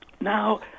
Now